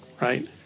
right